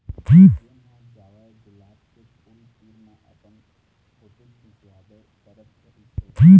जेन ह जावय गुलाब के फूल तीर म अपन फोटू खिंचवाबे करत रहिस हे